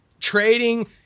trading